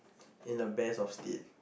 in the best of state